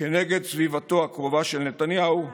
כנגד סביבתו הקרובה של נתניהו ואחרים.